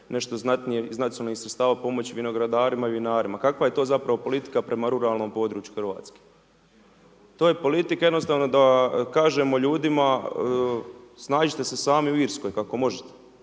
nešto znatnije iz nacionalnih sredstava pomoć vinogradarima i vinarima, kakva je to zapravo politika prema ruralnom području Hrvatske? To je politika jednostavno da kažemo ljudima, snađite se sami u Irskoj, kako možete.